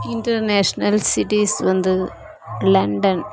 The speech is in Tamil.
இன்டர்நேஷனல் சிட்டிஸ் வந்து லண்டன்